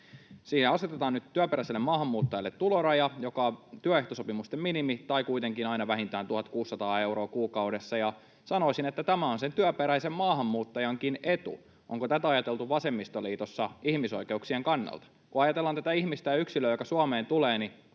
Nyt asetetaan työperäisille maahanmuuttajille tuloraja, joka on työehtosopimusten minimi, tai kuitenkin aina vähintään 1 600 euroa kuukaudessa. Sanoisin, että tämä on sen työperäisen maahanmuuttajankin etu. Onko tätä ajateltu vasemmistoliitossa ihmisoikeuksien kannalta? Kun ajatellaan tätä ihmistä, yksilöä, joka Suomeen tulee, niin